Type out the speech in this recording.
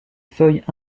feuilles